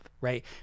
right